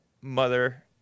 mother